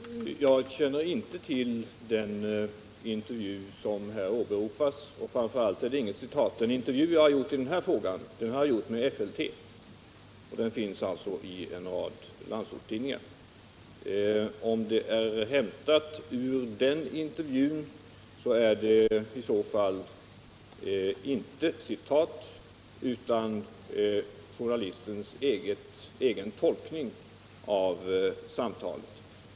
Herr talman! Jag känner inte till den intervju som åberopas, och framför allt ärdet inget citat av vad jag har sagt. Jag har bara ställt upp för en intervju i den här frågan, nämligen för FLT, och den återges alltså i en rad landsortstidningar. Om de återgivna meningarna är hämtade ur den intervjun är det inte ett citat av vad jag har sagt utan journalistens egen tolkning av samtalet.